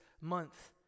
month